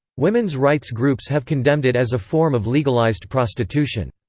women's rights groups have condemned it as a form of legalized prostitution.